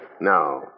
No